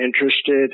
interested